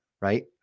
right